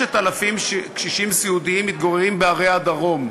6,000 קשישים סיעודיים מתגוררים בערי הדרום,